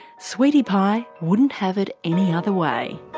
sweety pie wouldn't have it any other way!